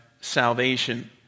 salvation